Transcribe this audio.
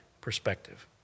perspective